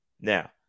Now